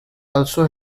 also